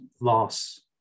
loss